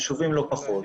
חשובים לא פחות,